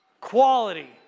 quality